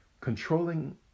controlling